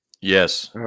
yes